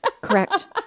Correct